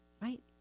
right